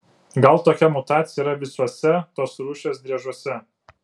gal tokia mutacija yra visuose tos rūšies driežuose